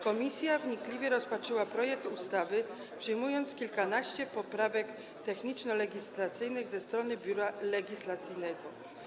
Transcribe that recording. Komisja wnikliwie rozpatrzyła projekt ustawy, przyjmując kilkanaście poprawek techniczno-legislacyjnych zgłoszonych przez Biuro Legislacyjne.